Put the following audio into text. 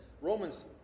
Romans